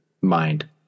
mind